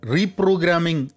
Reprogramming